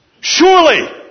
Surely